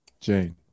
Jane